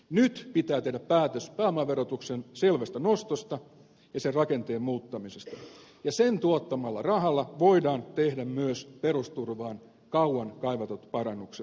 nyt pitää tehdä päätös pääomatuloverotuksen selvästä nostosta ja sen rakenteen muuttamisesta ja sen tuottamalla rahalla voidaan tehdä myös perusturvaan kauan kaivatut parannukset